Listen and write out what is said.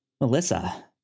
Melissa